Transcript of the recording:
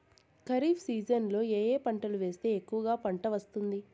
ఖరీఫ్ సీజన్లలో ఏ ఏ పంటలు వేస్తే ఎక్కువగా పంట వస్తుంది?